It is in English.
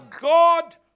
God